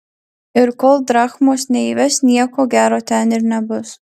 ir kol drachmos neįves nieko gero ten ir nebus